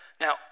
Now